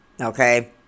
Okay